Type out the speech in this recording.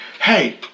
hey